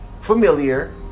familiar